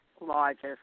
largest